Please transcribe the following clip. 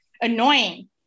annoying